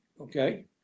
okay